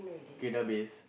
okay dah habis